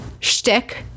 shtick